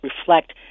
reflect